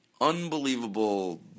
unbelievable